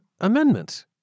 amendment